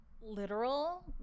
literal